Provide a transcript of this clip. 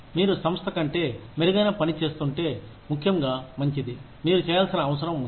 మీరు సంస్థ కంటే మెరుగైన పని చేస్తుంటే ముఖ్యంగా మంచిది మీరు చేయాల్సిన అవసరం ఉంది